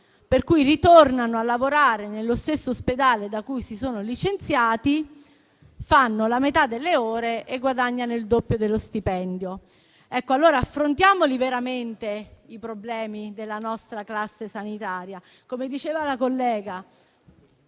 per cui ritornano a lavorare nello stesso ospedale da cui si sono licenziati, fanno la metà delle ore e guadagnano il doppio dello stipendio. Ecco, affrontiamo veramente i problemi della nostra classe sanitaria. Come diceva la collega,